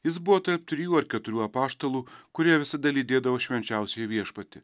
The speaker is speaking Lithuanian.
jis buvo tarp trijų ar keturių apaštalų kurie visada lydėdavo švenčiausiąjį viešpatį